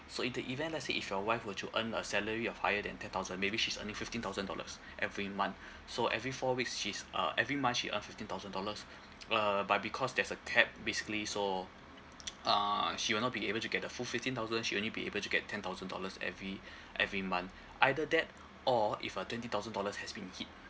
so in the event let's say if your wife were to earn a salary of higher than ten thousand maybe she's earning fifteen thousand dollars every month so every four weeks she's uh every month she earn fifteen thousand dollars uh but because there's a cap basically so uh she will not be able to get the full fifteen thousand she'll only be able to get ten thousand dollars every every month either that or if a twenty thousand dollars has been hit